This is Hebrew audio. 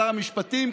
שר המשפטים,